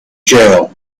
jail